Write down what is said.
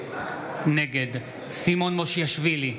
נגד סימון מושיאשוילי,